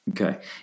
Okay